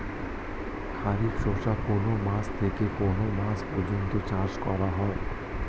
খারিফ শস্য কোন মাস থেকে কোন মাস পর্যন্ত চাষ করা হয়?